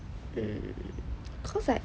cause like